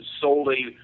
solely